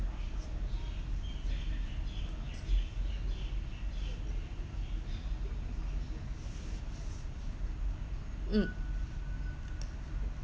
mm